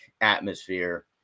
atmosphere